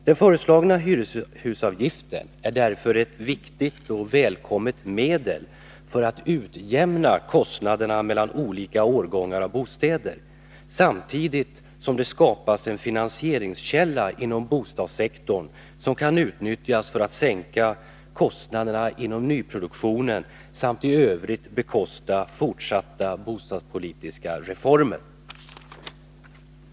Den föreslagna hyreshusavgiften är därför ett viktigt och välkommet medel för att utjämna kostnaderna mellan olika årgångar av bostäder. Samtidigt skapas en finansieringskälla inom bostadssektorn, som kan utnyttjas för att sänka kostnaderna inom nyproduktionen samt i övrigt bekosta fortsatta bostadspolitiska reformer.